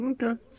Okay